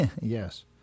Yes